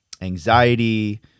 anxiety